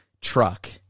truck